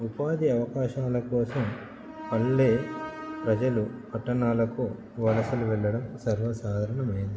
ఉపాధి అవకాశాల కోసం పల్లె ప్రజలు పట్టణాలకు వలసలు వెళ్ళడం సర్వసాధారణమైంది